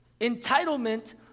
Entitlement